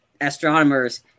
astronomers